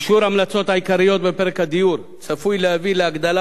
אישור ההמלצות העיקריות בפרק הדיור צפוי להביא להגדלה